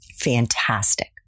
Fantastic